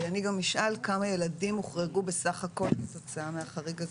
אני גם אשאל כמה ילדים הוחרגו בסך הכול כתוצאה מהחריג הזה.